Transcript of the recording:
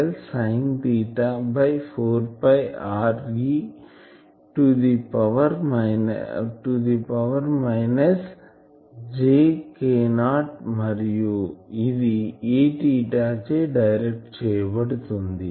dl sine theta by 4 pi r e to the power minus j K0 మరియు ఇది aθ చే direct చేయబడుతుంది